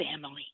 family